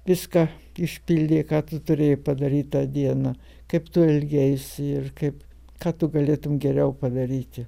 viską išpildei ką tu turėjai padaryt tą dieną kaip tu elgeisi ir kaip ką tu galėtum geriau padaryti